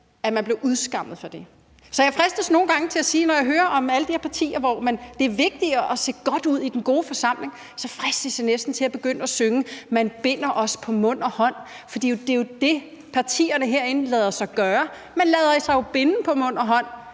Man blev udskammet for det. Så jeg fristes nogle gange næsten til, når jeg hører om alle de her partier, hvor det er vigtigere at se godt ud i den gode forsamling, at begynde at synge »Man binder os på mund og hånd«. For det er jo det, partierne herinde lader gøre ved sig. Man lader sig jo binde på mund og hånd,